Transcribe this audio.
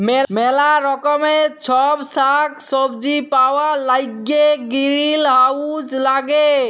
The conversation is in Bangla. ম্যালা রকমের ছব সাগ্ সবজি পাউয়ার ল্যাইগে গিরিলহাউজ ল্যাগে